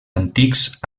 antics